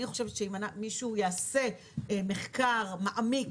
אני חושבת שאם מישהו יעשה מחקר מעמיק